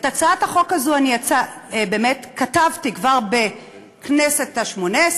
את הצעת החוק הזאת אני כתבתי כבר בכנסת השמונה-עשרה.